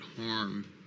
harm